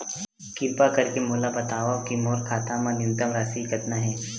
किरपा करके मोला बतावव कि मोर खाता मा न्यूनतम राशि कतना हे